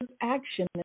action